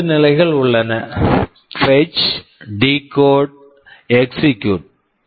3 நிலைகள் உள்ளன fetch fetch decode decode execute execute